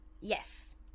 Yes